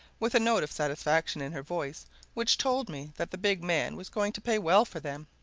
with a note of satisfaction in her voice which told me that the big man was going to pay well for them.